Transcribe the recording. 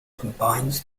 combines